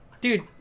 dude